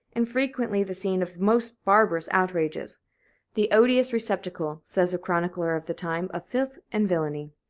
and frequently the scene of most barbarous outrages the odious receptacle, says a chronicler of the time, of filth and villany.